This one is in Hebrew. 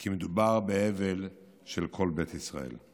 כי מדובר באבל של כל בית ישראל.